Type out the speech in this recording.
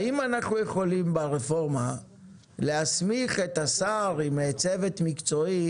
האם אנחנו יכולים ברפורמה להסמיך את השר עם צוות מקצועי